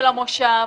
לאגד מכסות של המושב.